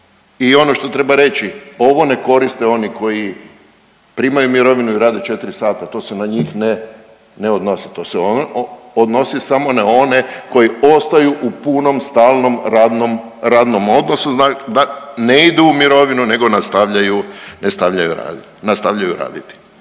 I ono što treba reći ovo ne koriste oni koji primaju mirovinu i rade 4 sata, to se na njih ne odnosi. To se odnosi samo na one koji ostaju u punom, stalnom radnom, radnom odnosu da ne idu u mirovinu nego nastavljaju,